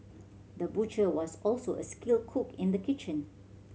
the butcher was also a skilled cook in the kitchen